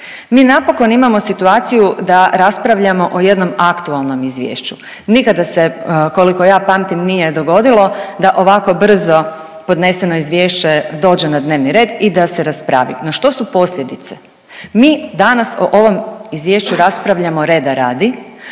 Mi napokon imamo situaciju da raspravljamo o jednom aktualnom izvješću. Nikada se, koliko ja pamtim nije dogodilo da ovako brzo podneseno izvješće dođe na dnevni red i da se raspravi. To, što su posljedice? Mi danas o ovom izvješću raspravljamo reda radi